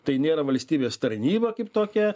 tai nėra valstybės tarnyba kaip tokia